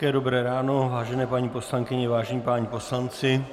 Hezké dobré ráno, vážené paní poslankyně, vážení páni poslanci.